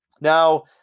Now